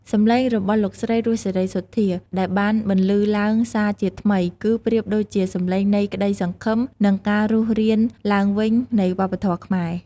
សំឡេងរបស់លោកស្រី រស់ សេរីសុទ្ធា ដែលបានបន្លឺឡើងសារជាថ្មី គឺប្រៀបដូចជា សំឡេងនៃក្តីសង្ឃឹម និង ការរស់រានឡើងវិញ នៃវប្បធម៌ខ្មែរ។